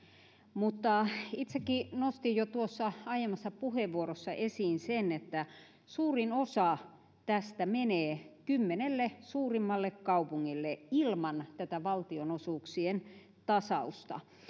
mutta itsekin nostin jo aiemmassa puheenvuorossa esiin sen että suurin osa tästä menee kymmenelle suurimmalle kaupungille ilman tätä valtionosuuksien tasausta